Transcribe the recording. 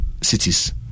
cities